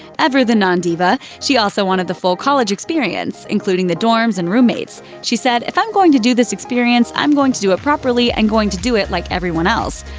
ever the non-diva, she also wanted the full college experience including the dorms and roommates. she said, if i'm going to do this experience, i'm going to do it properly and going to do it like everyone else.